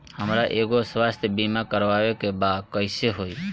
हमरा एगो स्वास्थ्य बीमा करवाए के बा कइसे होई?